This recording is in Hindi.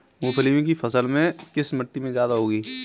मूंगफली की फसल किस मिट्टी में ज्यादा होगी?